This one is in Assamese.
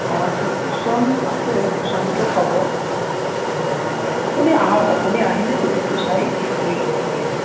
অঁ আচ্ছা কোশ্বন আছে কোশ্বনটোও পাব আপুনি আহক আপুনি আহিলে গোটেইটো চাই ঠিক কৰি ল'ব পাৰিব